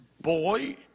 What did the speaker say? boy